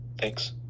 Thanks